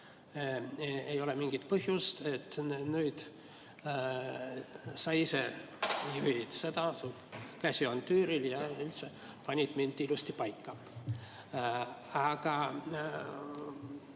ei ole mingit põhjust, et nüüd sa ise juhid seda, su käsi on tüüril, ja üldse panid mind ilusti paika. Aga